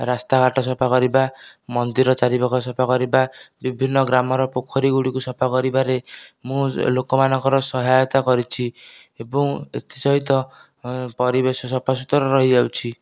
ରାସ୍ତାଘାଟ ସଫା କରିବା ମନ୍ଦିର ଚାରିପାଖ ସଫା କରିବା ବିଭିନ୍ନ ଗ୍ରାମର ପୋଖରୀଗୁଡ଼ିକୁ ସଫା କରିବାରେ ମୁଁ ଲୋକମାନଙ୍କର ସହାୟତା କରିଛି ଏବଂ ଏଥି ସହିତ ପରିବେଶ ସଫା ସୁତୁରା ରହିଯାଉଛି